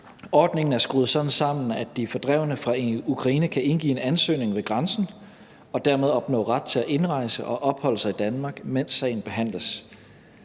Ordningen er skruet sådan sammen, at de fordrevne fra Ukraine kan indgive en ansøgning ved grænsen og dermed opnå ret til at indrejse og opholde sig i Danmark, mens sagen behandles.